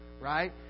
Right